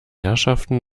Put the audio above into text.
herrschaften